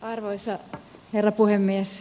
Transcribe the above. arvoisa herra puhemies